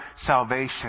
salvation